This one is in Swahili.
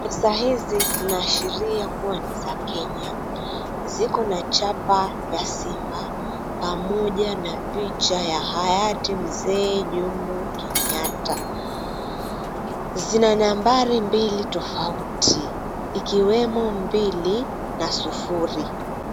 Pesa hizi zinaashiria kuwa ni za Kenya. Ziko na chapa ya simba pamoja na picha ya hayati mzee Jomo Kenyatta. Zina nambari mbili tofauti ikiwemo mbili na sufuri.